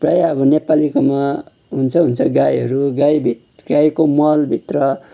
प्रायः अब नेपालीकोमा हुन्छ हुन्छै गाईहरू गाई भि गाईको मलभित्र